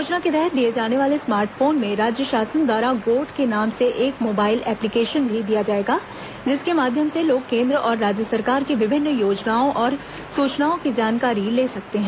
योजना के तहत दिए जाने वाले स्मार्ट फोन में राज्य शासन द्वारा गोठ के नाम से एक मोबाइल एप्लीकेशन भी दिया जाएगा जिसके माध्यम से लोग केन्द्र और राज्य सरकार की विभिन्न योजनाओं और सूचनाओं की जानकारी ले सकते हैं